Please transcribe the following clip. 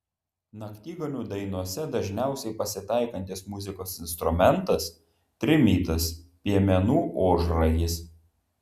naktigonių dainose dažniausiai pasitaikantis muzikos instrumentas trimitas piemenų ožragis